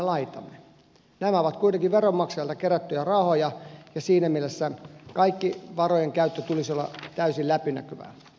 nämä ovat kuitenkin veronmaksajilta kerättyjä rahoja ja siinä mielessä kaiken varojen käytön tulisi olla täysin läpinäkyvää